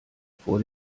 vor